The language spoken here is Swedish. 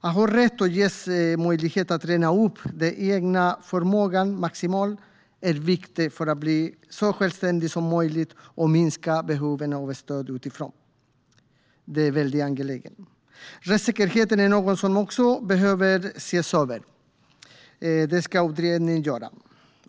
Att ha rätt till och ges möjlighet att träna upp den egna förmågan maximalt är viktigt för att bli så självständig som möjligt och minska behovet av stöd utifrån. Det är väldigt angeläget. Rättssäkerheten är också något som behöver ses över, och det ska utredningen göra.